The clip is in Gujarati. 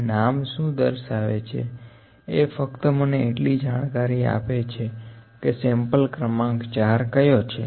આ નામ શું દર્શાવે છે એ ફક્ત મને એટલી જાણકારી આપે છે કે સેમ્પલ ક્રમાંક 4 કયો છે